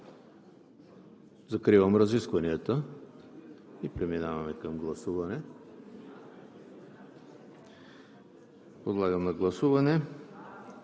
Закривам разискванията и преминаваме към гласуване. Подлагам на гласуване